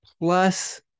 plus